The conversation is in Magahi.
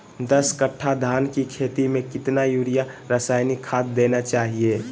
दस कट्टा धान की खेती में कितना यूरिया रासायनिक खाद देना चाहिए?